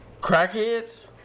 Crackheads